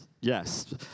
Yes